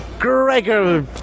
Gregor